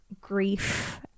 grief